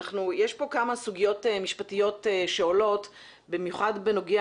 יש פה כמה סוגיות משפטיות שעולות במיוחד בנוגע